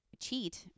cheat